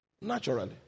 naturally